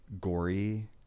gory